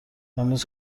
امروز